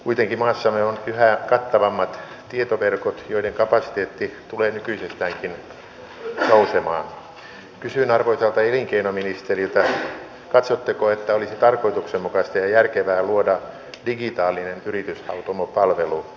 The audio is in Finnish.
kuitenkin maassamme on yhä kattavammat tietoverkot joiden kapasiteetti ole me saamme sellaisen kestävän omavastuukaton niin että olisi tarkoituksenmukaista järkevää luoda digitaalinen yrityshautomopalvelu